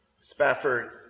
Spafford